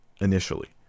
initially